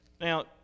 Now